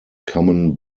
common